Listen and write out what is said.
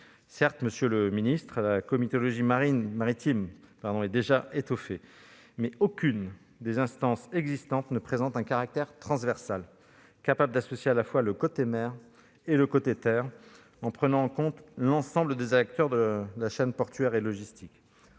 Certes, monsieur le ministre, un Comité France maritime (CFM) étoffé existe déjà, mais aucune des instances existantes ne présente un caractère transversal, permettant d'associer à la fois le côté mer et le côté terre, en prenant en compte l'ensemble des acteurs de la chaîne portuaire et logistique.